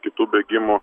kitų bėgimų